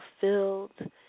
fulfilled